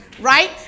right